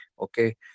Okay